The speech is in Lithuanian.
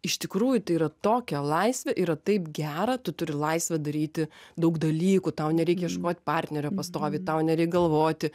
iš tikrųjų tai yra tokia laisvė yra taip gera tu turi laisvę daryti daug dalykų tau nereikia ieškot partnerio pastoviai tau nereik galvoti